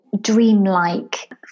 dreamlike